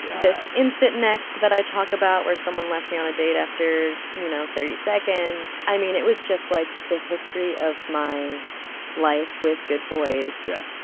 this instant next that i talk about where someone left me on a date after, you know, thirty seconds. i mean, it was just, like, the history of my life with good boys. yeah.